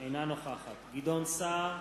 אינה נוכחת גדעון סער,